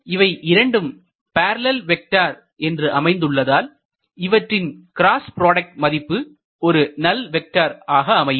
இவை இரண்டும் parallel vector என்று அமைந்துள்ளதால் இவற்றின் கிராஸ் ப்ராடைக்ட் மதிப்பு ஒரு நல் வெக்டர் ஆக அமையும்